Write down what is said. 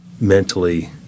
mentally